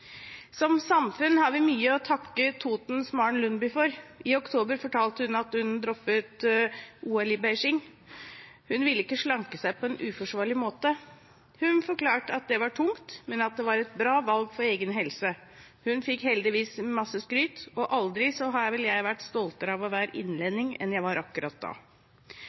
Som samfunn har vi mye å takke Totens Maren Lundby for. I oktober fortalte hun at hun droppet OL i Beijing. Hun ville ikke slanke seg på en uforsvarlig måte. Hun forklarte at det var et tungt, men bra valg for egen helse. Hun fikk heldigvis masse skryt, og aldri har jeg vært stoltere over å være innlending enn jeg var akkurat da.